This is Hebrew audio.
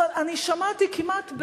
שמעתי כמעט,